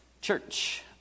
Church